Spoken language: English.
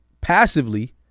passively